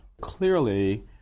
Clearly